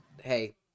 hey